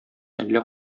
әллә